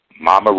Mama